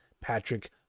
Patrick